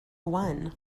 one